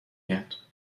میاد